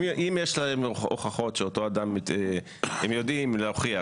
אם הם יודעים להוכיח,